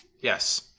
Yes